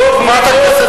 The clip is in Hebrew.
טוב לעשירים.